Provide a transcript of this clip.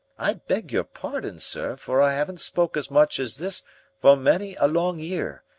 i beg your pardon, sir, for i haven't spoke as much as this for many a long year,